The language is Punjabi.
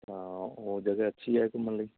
ਹਾਂ ਉਹ ਜਗ੍ਹਾ ਅੱਛੀ ਹੈ ਘੁੰਮਣ ਲਈ